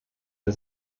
der